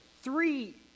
three